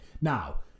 Now